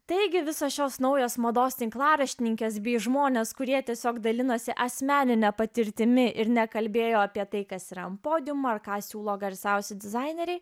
taigi visos šios naujos mados tinklaraštininkės bei žmonės kurie tiesiog dalinosi asmenine patirtimi ir nekalbėjo apie tai kas yra ant podiumo ar ką siūlo garsiausi dizaineriai